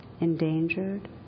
endangered